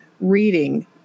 reading